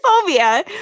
phobia